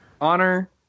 honor